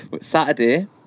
Saturday